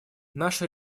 наше